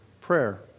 Prayer